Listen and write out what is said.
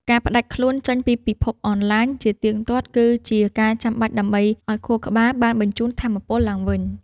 ការផ្ដាច់ខ្លួនចេញពីពិភពអនឡាញ ជាទៀងទាត់ គឺជាការចាំបាច់ដើម្បីឱ្យខួរក្បាលបានបញ្ចូលថាមពលឡើងវិញ។